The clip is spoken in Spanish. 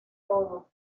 todo